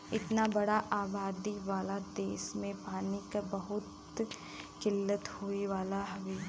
इतना बड़ा आबादी वाला देस में पानी क बहुत किल्लत होए वाला हउवे